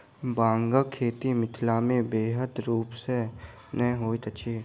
बांगक खेती मिथिलामे बृहद रूप सॅ नै होइत अछि